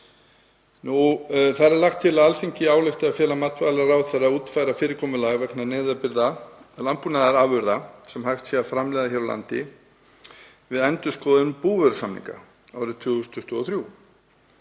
Þar er lagt til að Alþingi álykti að fela matvælaráðherra að útfæra fyrirkomulag vegna neyðarbirgða landbúnaðarafurða sem hægt sé að framleiða hér á landi við endurskoðun búvörusamninga árið 2023.